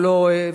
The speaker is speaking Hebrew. הוא לא וכו'.